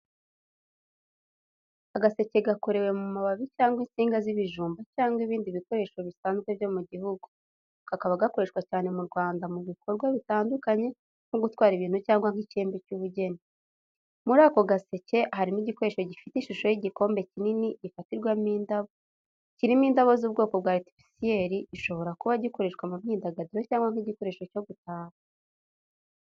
Agaseke gakorewe mu mababi cyangwa insinga z'ibijumba cyangwa ibindi bikoresho bisanzwe byo mu gihugu, kakaba gakoreshwa cyane mu Rwanda mu bikorwa bitandukanye nko gutwara ibintu cyangwa nk’icyembe cy’ubugeni. Muri ako gaseke harimo igikoresho gifite ishusho y'igakombe kinini gifatirwamo indabo, kirimo indabo z’ubwoko bwa artificiel, gishobora kuba gikoreshwa mu myidagaduro cyangwa nk’igikoresho cyo gutaka.